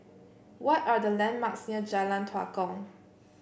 what are the landmarks near Jalan Tua Kong